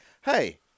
Hey